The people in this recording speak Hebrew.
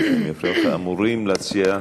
סליחה, אדוני, שאני מפריע לך, אמורים להציע,